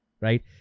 right